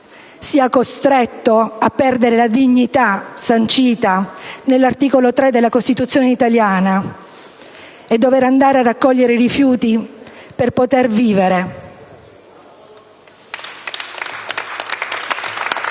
siano costretti a perdere la dignità sancita dall'articolo 3 della Costituzione italiana e a dover andare a raccogliere i rifiuti per poter vivere.